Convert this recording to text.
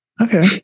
okay